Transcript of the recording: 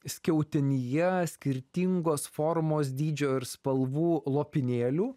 skiautinyje skirtingos formos dydžio ir spalvų lopinėlių